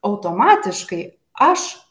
automatiškai aš